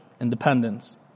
independence